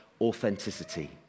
authenticity